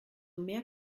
mehr